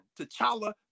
T'Challa